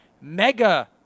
Mega